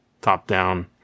top-down